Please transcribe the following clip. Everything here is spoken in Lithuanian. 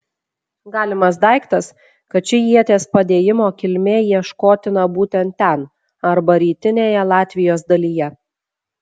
galimas daiktas kad ši ieties padėjimo kilmė ieškotina būtent ten arba rytinėje latvijos dalyje